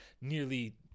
nearly